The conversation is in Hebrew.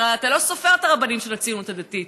הרי אתה לא סופר את הרבנים של הציונות הדתית,